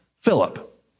Philip